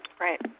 Right